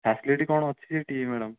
facility କ'ଣ ଅଛି ସେଇଠି ମ୍ୟାଡମ୍